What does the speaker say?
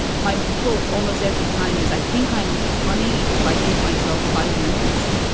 my thought almost every time is i think i'm funny. if i give myself five minutes.